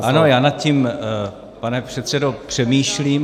Ano, já nad tím, pane předsedo, přemýšlím.